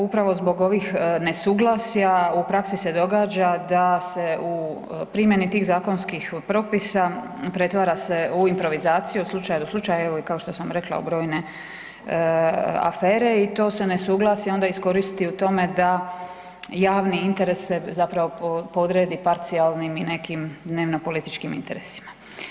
Upravo zbog ovih nesuglasja, u praksi se događa da se u primjeni tih zakonskih propisa pretvara se u improvizaciju slučaj do slučaj, evo i kao što sam rekla, i brojne afere i to se nesuglasje onda iskoristi u tome da javni interes se zapravo podredi parcijalnim i nekim dnevno političkim interesima.